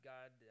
God